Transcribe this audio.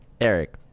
Eric